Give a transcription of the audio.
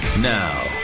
Now